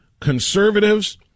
conservatives